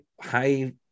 high